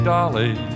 Dolly